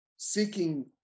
seeking